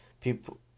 people